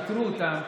פיטרו אותם,